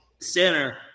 center